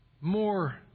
more